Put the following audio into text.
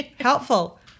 helpful